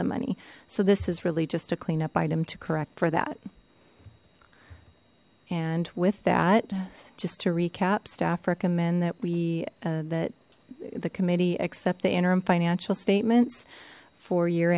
the money so this is really just a clean up item to correct for that and with that just to recap staff recommend that we that the committee accept the interim financial statements for y